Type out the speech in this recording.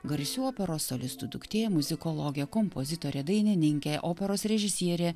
garsių operos solistų duktė muzikologė kompozitorė dainininkė operos režisierė